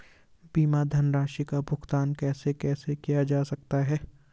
बीमा धनराशि का भुगतान कैसे कैसे किया जा सकता है?